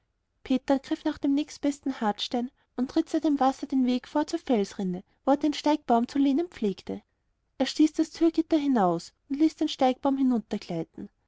peter griff nach dem nächstbesten hartstein und ritzte dem wasser den weg vor zur felsrinne wo der steigbaum zu lehnen pflegte er stieß das türgitter hinaus und ließ den steigbaum